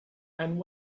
and